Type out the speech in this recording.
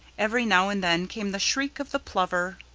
every now and then came the shriek of the plover,